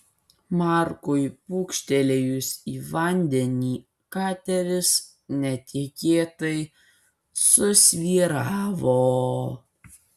markui pūkštelėjus į vandenį kateris netikėtai susvyravo